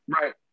right